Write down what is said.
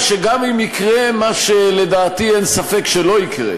שגם אם יקרה מה שלדעתי אין ספק שלא יקרה,